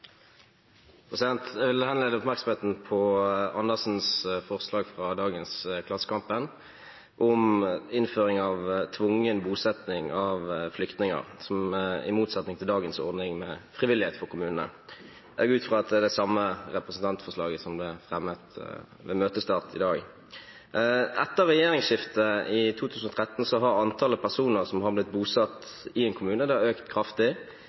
Jeg vil henlede oppmerksomheten på Andersens forslag fra dagens Klassekampen om innføring av tvungen bosetting av flyktninger, i motsetning til dagens ordning med frivillighet for kommunene. Jeg går ut fra at det er det samme representantforslaget som ble fremmet ved møtestart i dag. Etter regjeringsskiftet i 2013 har antallet personer som har blitt bosatt i en kommune, økt kraftig. Bare fra i fjor til i år har